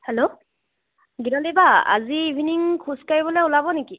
hello Gitali বা আজি evening খোজ কাঢ়িবলৈ ওলাব নেকি